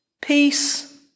Peace